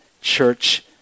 church